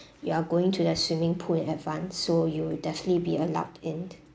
you are going to the swimming pool in advance so you definitely be allowed in